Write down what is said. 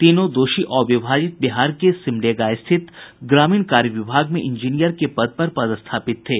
तीनों दोषी अविभाजित बिहार के सिमडेगा स्थित ग्रामीण कार्य विभाग में इंजीनियर के पद पर पदथापित थे